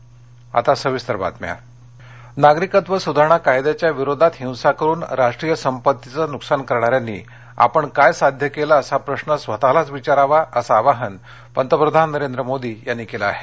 पंतप्रधान मोदी नागरिकत्व सुधारणा कायद्याच्या विरोधात हिंसा करुन राष्ट्रीय संपत्तीचं नुकसान करणाऱ्यांनी आपण काय साध्य केलं असा प्रश्न स्वतःलाच विचारावा असं आवाहन पंतप्रधान नरेंद्र मोदी यांनी केलं आहे